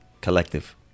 collective